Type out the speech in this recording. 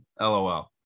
LOL